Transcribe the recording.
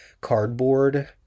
cardboard